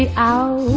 yeah out